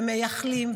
ומייחלים,